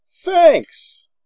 Thanks